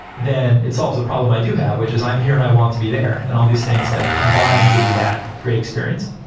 then it solves a problem i do have, which is i'm here and i want to be there and all these things like combine give you that great experience.